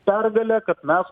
pergalė kad mes